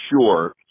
sure